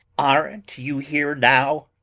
aren't you here now?